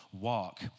walk